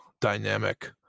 dynamic